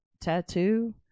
tattoo